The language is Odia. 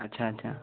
ଆଚ୍ଛା ଆଚ୍ଛା